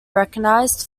recognised